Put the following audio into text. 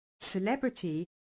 celebrity